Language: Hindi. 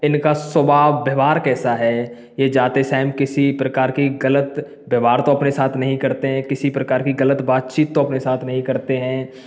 इनका स्वभाव व्यवहार कैसा है यह जाते टाईम किसी प्रकार की गलत व्यवहार तो अपने साथ नहीं करते हैं किसी प्रकार की गलत बातचीत तो अपने साथ नहीं करते हैं